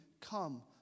Come